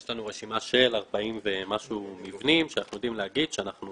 יש לנו רשימה של 40 ומשהו מבנים שאנחנו יודעים לומר שאנחנו